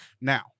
now